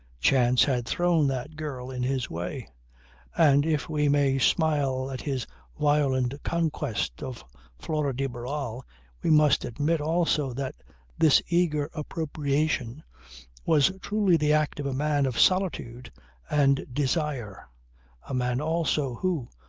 chance had thrown that girl in his way and if we may smile at his violent conquest of flora de barral we must admit also that this eager appropriation was truly the act of a man of solitude and desire a man also, who,